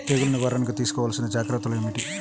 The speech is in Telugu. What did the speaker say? తెగులు నివారణకు తీసుకోవలసిన జాగ్రత్తలు ఏమిటీ?